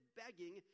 begging